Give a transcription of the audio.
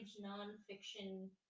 non-fiction